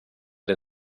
der